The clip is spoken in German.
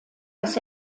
das